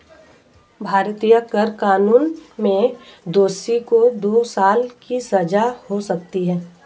भारतीय कर कानून में दोषी को दो साल की सजा हो सकती है